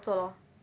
做 lor